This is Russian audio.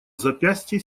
запястье